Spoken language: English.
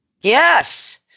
Yes